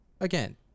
again